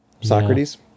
Socrates